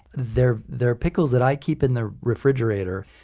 they're they're pickles that i keep in the refrigerator.